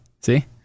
See